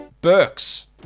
Burks